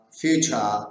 future